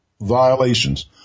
violations